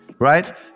Right